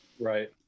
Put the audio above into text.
Right